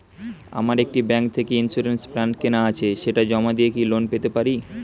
আমার একটি ব্যাংক থেকে ইন্সুরেন্স প্ল্যান কেনা আছে সেটা জমা দিয়ে কি লোন পেতে পারি?